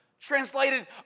Translated